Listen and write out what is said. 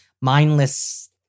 mindless